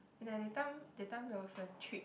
like that time that time there was a trip